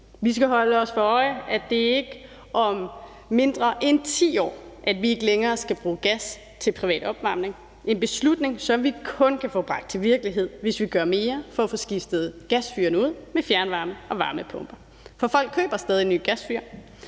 Vi skal holde os for øje, at det er om mindre end 10 år, at vi ikke længere skal bruge gas til privat opvarmning, og det er en beslutning, som vi kun kan få til at blive til virkelighed, hvis vi gør mere for at få skiftet gasfyrene ud med fjernvarme og varmepumper. For folk køber stadig nye gasfyr.